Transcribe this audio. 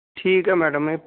ਠੀਕ ਹੈ ਮੈਡਮ